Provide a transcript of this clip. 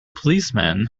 policeman